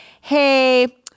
hey